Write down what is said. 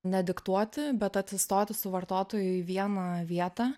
nediktuoti bet atsistoti su vartotoju į vieną vietą